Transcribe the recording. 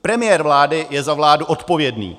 Premiér vlády je za vládu odpovědný.